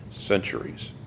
centuries